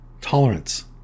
tolerance